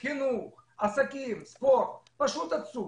על החינוך, על העסקים, על הספורט עצומה.